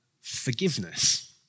forgiveness